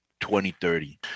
2030